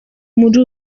muri